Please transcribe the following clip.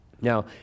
Now